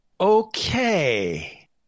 Okay